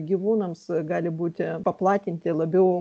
gyvūnams gali būti paplatinti labiau